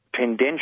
tendential